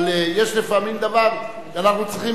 אבל יש לפעמים דבר שאנחנו צריכים,